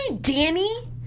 Danny